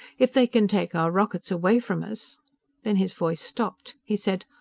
if they can take our rockets away from us then his voice stopped. he said,